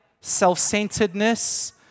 self-centeredness